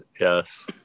yes